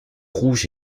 rouge